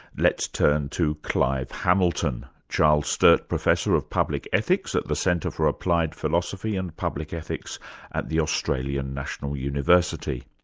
let's turn to clive hamilton, charles sturt professor of public ethics at the centre for applied philosophy and public ethics at the australian national university.